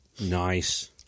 Nice